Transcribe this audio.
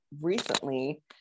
recently